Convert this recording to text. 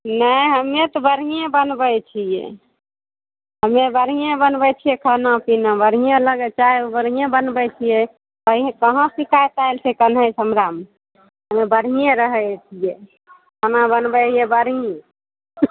नहि हमे तऽ बढ़िएँ बनबै छियै हम तऽ बढ़िएंँ बनबै छियै खाना पीना बढ़िएँ लगै चाय ओय बढ़िएँ बनबै छियै कहीं कहाँ से शिकायत आयल छै कन्है से हमरा मे हमे बढ़िएँ रहै छियै खाना बनबै हियै बढ़िएँ